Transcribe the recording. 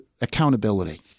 accountability